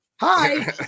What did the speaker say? Hi